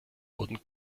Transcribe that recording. wurden